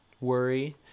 worry